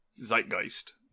Zeitgeist